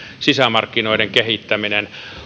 sisämarkkinoiden kehittämiseen